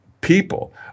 People